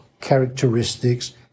characteristics